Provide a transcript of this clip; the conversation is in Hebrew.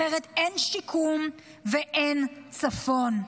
אחרת אין שיקום ואין צפון.